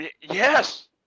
yes